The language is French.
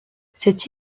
cette